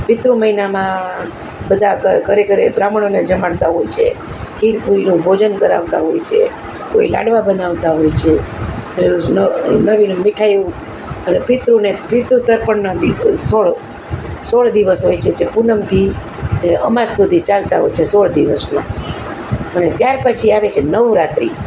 પિતૃ મઈનામાં બધા ઘરે ઘરે બ્રાહ્મણોને જમાડતા હોય છે ખીર પુરીનું ભોજન કરાવતા હોય છે કોઈ લાડવા બનાવતા હોય છે નવી નવી મીઠાઈઓ એટલે પિતૃને પિતૃ તર્પણના દિ સોળ સોળ દિવસ હોય છે જે પૂનમથી અમાસ સુધી ચાલતા હોય છે સોળ દિવસના અને ત્યાર પછી આવે છે નવરાત્રી